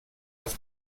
das